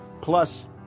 plus